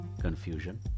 confusion